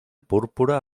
púrpura